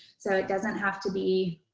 so it doesn't have to be